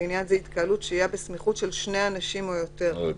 לעניין זה "התקהלות" שהייה בסמיכות של 2 אנשים או יותר." אוי,